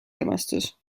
armastus